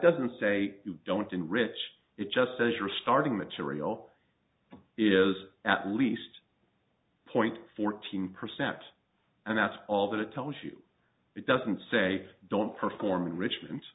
doesn't say you don't enrich it just as restarting material is at least point fourteen percent and that's all that it tells you it doesn't say don't perform enrichment